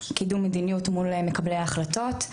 קידום מדיניות מול מקבלי ההחלטות,